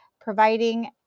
providing